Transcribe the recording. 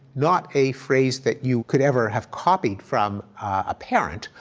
not a phrase that you could ever have copied from a parent,